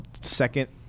Second